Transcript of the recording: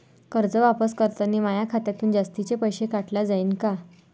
कर्ज वापस करतांनी माया खात्यातून जास्तीचे पैसे काटल्या जाईन का?